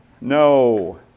no